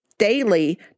daily